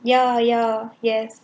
ya ya yes